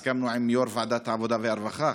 הסכמנו עם יו"ר ועדת העבודה והרווחה,